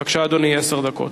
אדוני, בבקשה, עשר דקות.